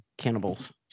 Cannibals